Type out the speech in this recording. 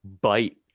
bite